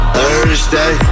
Thursday